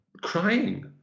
crying